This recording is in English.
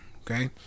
Okay